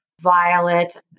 Violet